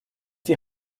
die